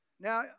Now